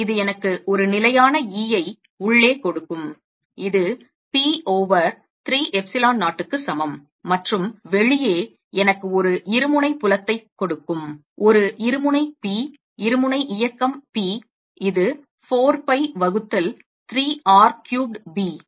இது எனக்கு ஒரு நிலையான e ஐ உள்ளே கொடுக்கும் இது p ஓவர் 3 எப்சிலன் 0 க்கு சமம் மற்றும் வெளியே எனக்கு ஒரு இருமுனை புலத்தை கொடுக்கும் ஒரு இருமுனை p இருமுனை இயக்கம் p இது 4 pi வகுத்தல் 3 r க்யூப்ட் b